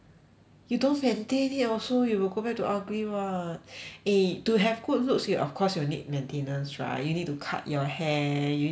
you don't maintain it also you will go back to ugly [what] eh to have good looks you of course you need maintenance right you need to cut your hair you need to